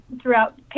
throughout